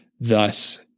Thus